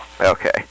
Okay